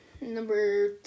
number